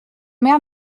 mère